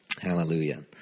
hallelujah